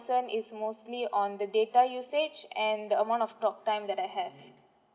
is mostly on the data usage and the amount of talk time that I have